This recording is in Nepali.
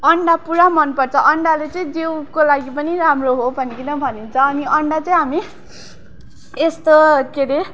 अन्डा पुरा मनपर्छ अन्डाले चाहिँ जिउको लागि पनि राम्रो हो भनिकिन भनिन्छ अनि अन्डा चाहिँ हामी यस्तो के हरे